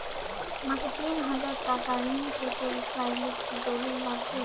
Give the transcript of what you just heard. মাসে তিন হাজার টাকা ঋণ পেতে চাইলে কি দলিল লাগবে?